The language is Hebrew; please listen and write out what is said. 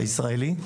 הישראלי,